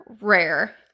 rare